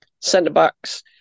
centre-backs